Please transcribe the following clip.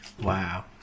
Wow